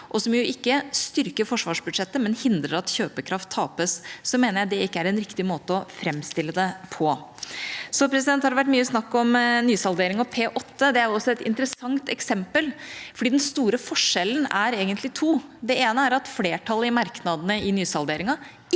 og som jo ikke styrker forsvarsbudsjettet, men hindrer at kjøpekraft tapes, er ikke en riktig måte å framstille det på, mener jeg. Det har vært mye snakk om nysalderingen og P-8. Det er også et interessant eksempel, for den store forskjellen er egentlig dette: Det ene er at flertallet i merknadene i nysalderingen